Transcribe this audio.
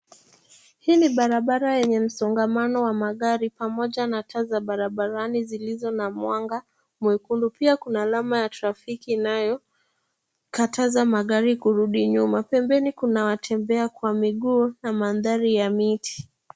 Hii ni barabara yenye msongamano wa magari pamoja na taa za barabarani zilizo na mwanga mwekundu. Pia kuna alama ya trafiki inayokataza magari kurudi nyuma. Pembeni kuna watembea kwa miguu na mandhari ya miti.